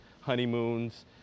honeymoons